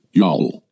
y'all